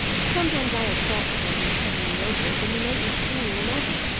sometimes i have thought, sir, when puzzling over it, that he may be screening another.